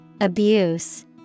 Abuse